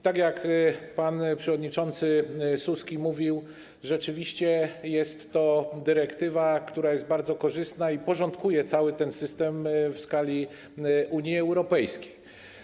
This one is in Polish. Tak jak pan przewodniczący Suski mówił, rzeczywiście jest to dyrektywa, która jest bardzo korzystna i porządkuje cały ten system w skali Unii Europejskiej.